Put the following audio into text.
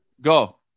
Go